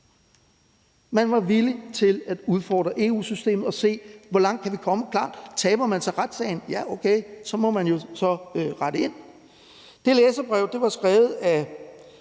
Man var villig til at udfordre EU-systemet og se, hvor langt man kunne komme. Det er klart, at taber man retssagen, må man jo så rette ind. Det læserbrev var skrevet af